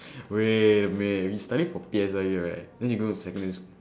wait wait we study for P_S_L_E right then we go to secondary school